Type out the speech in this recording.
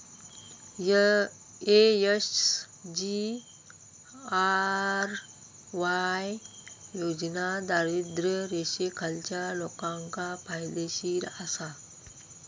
SGRY योजना दारिद्र्य रेषेखालच्या लोकांका फायदेशीर आसा